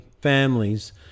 families